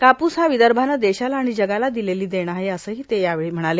कापूस हा विदर्भानं देशाला आणि जगाला दिलेली देण आहे असंही ते यावेळी म्हणाले